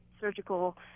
surgical